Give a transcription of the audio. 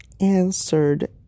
answered